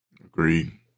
Agreed